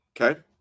okay